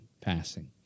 passing